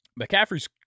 McCaffrey's –